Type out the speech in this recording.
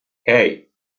hei